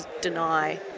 deny